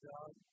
God